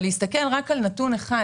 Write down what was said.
אבל להסתכל רק על נתון אחד,